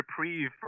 reprieve